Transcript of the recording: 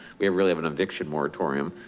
we have really have an eviction moratorium.